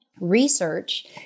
research